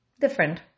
Different